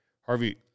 harvey